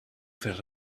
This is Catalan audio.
fer